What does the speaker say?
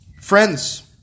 Friends